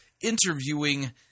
interviewing